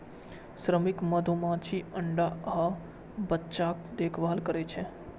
श्रमिक मधुमाछी अंडा आ बच्चाक देखभाल करै छै